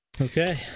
Okay